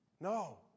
No